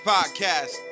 Podcast